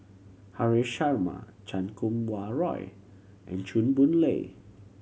Haresh Sharma Chan Kum Wah Roy and Chew Boon Lay